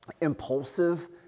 impulsive